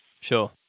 sure